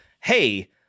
Hey